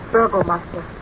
Burgomaster